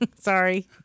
Sorry